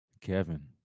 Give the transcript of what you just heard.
Kevin